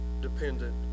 dependent